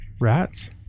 Rats